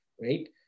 right